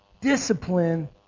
discipline